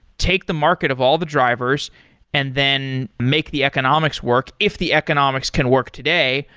take the market of all the drivers and then make the economics work, if the economics can work today.